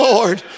Lord